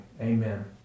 Amen